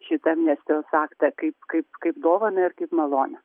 šitą amnestijos aktą kaip kaip kaip dovaną ir kaip malonę